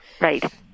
Right